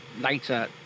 later